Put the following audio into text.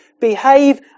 behave